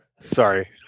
Sorry